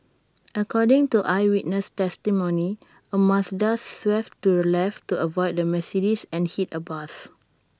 according to eyewitness testimony A Mazda swerved to the left to avoid the Mercedes and hit A bus